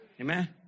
Amen